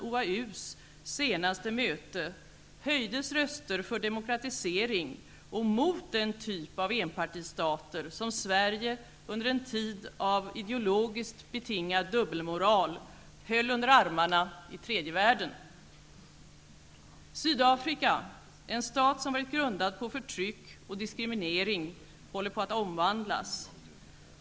OAUs senaste möte höjdes röster för demokratisering och mot den typ av enpartistater som Sverige under en tid av ideologiskt betingad dubbelmoral höll under armarna i tredje världen. Sydafrika, en stat som varit grundad på förtryck och diskriminering, håller på att omvandlas.